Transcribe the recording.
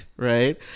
right